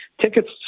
Tickets